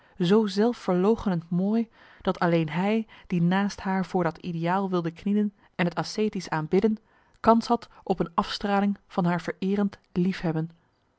zoo zelfverloochenend mooi dat alleen hij die naast haar voor dat ideaal wilde knielen en t ascetisch aanbidden kans had op een afstraling van haar vereerend liefhebben